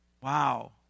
Wow